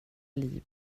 liv